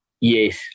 Yes